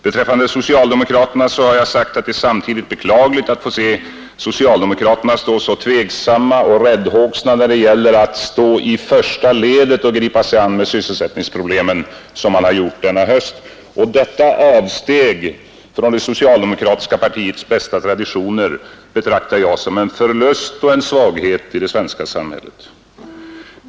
Beträffande socialdemokraterna har jag sagt att det är beklagligt att de står så tvehågsna och rädda som de gjort denna höst när det gäller att i främsta ledet gripa sig an med sysselsättningsproblemen. Detta avsteg från det socialdemokratiska partiets bästa traditioner betraktar jag som en förlust och en svaghet i det svenska samhället.